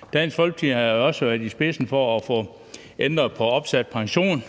kr. Dansk Folkeparti har også været i spidsen for at få ændret på opsat pension,